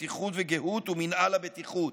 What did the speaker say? לבטיחות וגהות ומינהל הבטיחות.